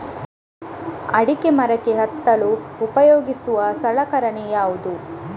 ಅಡಿಕೆ ಮರಕ್ಕೆ ಹತ್ತಲು ಉಪಯೋಗಿಸುವ ಸಲಕರಣೆ ಯಾವುದು?